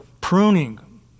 pruning